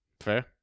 Fair